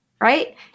right